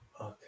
Okay